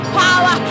power